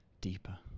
deeper